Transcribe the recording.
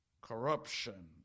corruption